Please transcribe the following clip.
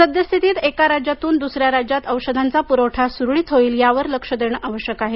सद्यस्थितीत एक राज्यातून दुसऱ्या राज्यात औषधांचा पुरवठा सुरळीत होईल यावर लक्ष देणं आवश्यक आहे